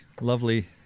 lovely